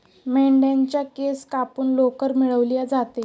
मेंढ्यांच्या केस कापून लोकर मिळवली जाते